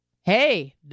hey